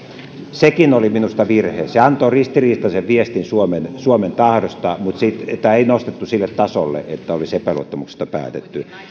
sekin oli minusta virhe se antoi ristiriitaisen viestin suomen suomen tahdosta mutta sitä ei nostettu sille tasolle että olisi epäluottamuksesta päätetty